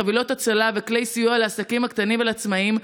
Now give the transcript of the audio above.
חבילות הצלה וכלי סיוע לעסקים הקטנים ולעצמאים,